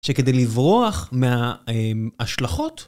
שכדי לברוח מההשלכות...